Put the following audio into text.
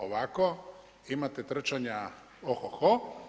Ovako imate trčanja o hoho.